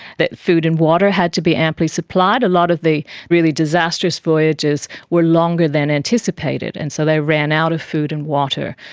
that food and water had to be amply supplied. a loss of the really disastrous voyages were longer than anticipated and so they ran out of food and water.